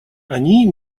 они